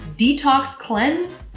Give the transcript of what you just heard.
detox cleanse?